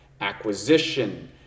acquisition